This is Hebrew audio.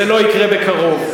זה לא יקרה בקרוב.